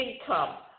income